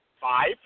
Five